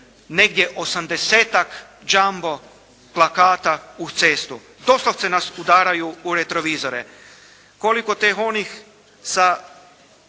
negdje 80-tak jambo plakata uz cestu doslovce nas udaraju u retrovizore. Koliko tek onih sa